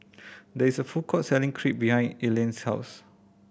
there is a food court selling Crepe behind Elayne's house